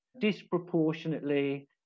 disproportionately